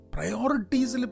Priorities